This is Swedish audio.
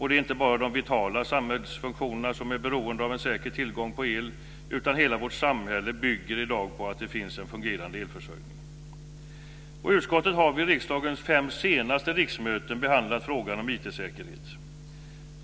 Det är inte bara de vitala samhällsfunktionerna som är beroende av en säker tillgång på el, utan hela vårt samhälle bygger i dag på att det finns en fungerande elförsörjning. Utskottet har vid riksdagens fem senaste riksmöten behandlat frågan om IT-säkerhet.